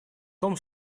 том